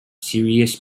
serious